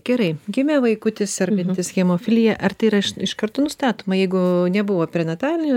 gerai gimė vaikutis sergantis hemofilija ar tai yra iš iš karto nustatoma jeigu nebuvo prenatalinio